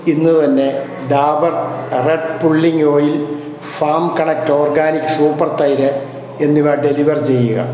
ഇന്ന് തന്നെ Dabur red pulling oil farm connect organic super തൈര് എന്നിവ ഡെലിവർ ചെയ്യുക